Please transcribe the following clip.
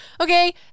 Okay